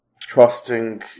trusting